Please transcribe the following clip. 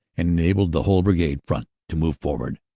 enabled the whole brigade front to move forward.